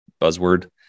buzzword